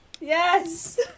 Yes